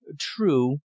True